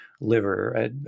liver